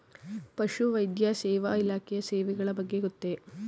ಪಶುವೈದ್ಯ ಸೇವಾ ಇಲಾಖೆಯ ಸೇವೆಗಳ ಬಗ್ಗೆ ಗೊತ್ತೇ?